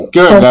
good